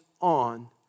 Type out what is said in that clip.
on